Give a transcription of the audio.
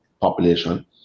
population